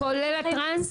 כולל הטרנס.